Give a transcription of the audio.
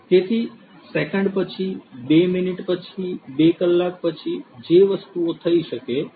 તેથી સેકંડ પછી બે મિનિટ પછી બે કલાક પછી જે વસ્તુઓ થઈ શકે છે